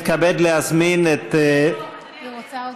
אדוני היו"ר,